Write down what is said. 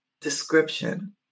description